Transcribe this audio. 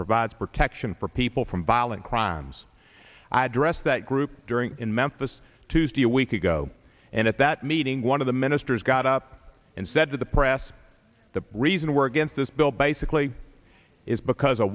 provides protection for people from violent crimes i address that group during in memphis tuesday a week ago and at that meeting one of the ministers got up and said to the press the reason we're against this bill basically is because